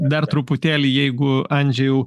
dar truputėlį jeigu andžejau